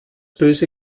böse